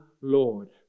Lord